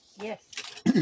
Yes